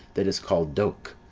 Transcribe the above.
that is called doch,